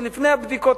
עוד לפני הבדיקות,